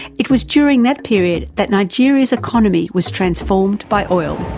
it was during that period that nigeria's economy was transformed by oil.